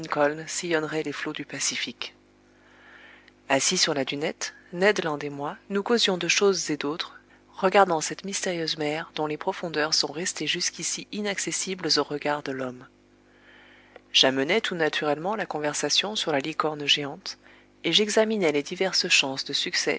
sillonnerait les flots du pacifique assis sur la dunette ned land et moi nous causions de choses et d'autres regardant cette mystérieuse mer dont les profondeurs sont restées jusqu'ici inaccessibles aux regards de l'homme j'amenai tout naturellement la conversation sur la licorne géante et j'examinai les diverses chances de succès